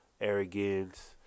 arrogance